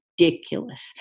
Ridiculous